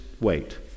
wait